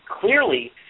clearly